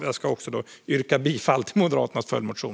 Jag yrkar bifall till Moderaternas följdmotion.